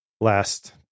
last